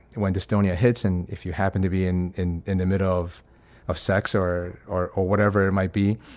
when dystonia hits and if you happen to be in in in the middle of of sex or or or whatever might be